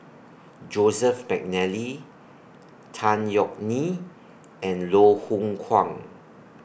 Joseph Mcnally Tan Yeok Nee and Loh Hoong Kwan